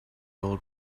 old